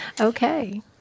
okay